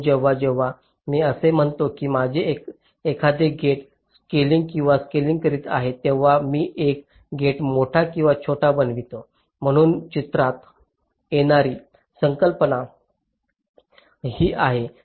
म्हणून जेव्हा जेव्हा मी असे म्हणतो की मी एखादे गेट स्केलिंग किंवा स्केलिंग करीत आहे तेव्हा मी एक गेट मोठा किंवा छोटा बनवितो म्हणून चित्रात येणारी संकल्पना ही आहे